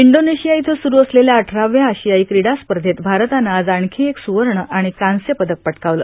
Indonesia इथं सुरु असलेल्या अठराव्या आशियाई क्रीडा स्पर्धेत भारतानं आज आणखी एक स्रवर्ण आणि कांस्य पदक पटकावलं